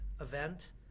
event